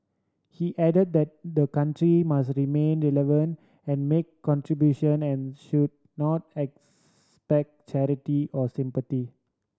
he added that the country must remain relevant and make contribution and should not expect charity or sympathy